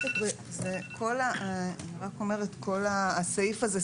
כל הסעיף הזה,